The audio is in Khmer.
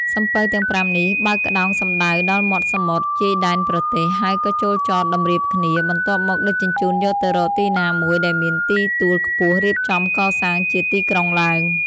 សំពៅទាំងប្រាំនេះ បើកក្តោងសំដៅដល់មាត់សមុទ្រជាយដែនប្រទេស ហើយក៏ចូលចតតម្រៀបគ្នា បន្ទាប់មកដឹកជញ្ជូនយកទៅរកទីណាមួយដែលមានដីទួលខ្ពស់រៀបចំកសាងជាទីក្រុងឡើង ។